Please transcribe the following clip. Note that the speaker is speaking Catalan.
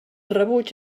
rebuig